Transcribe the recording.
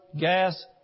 gas